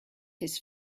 his